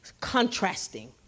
contrasting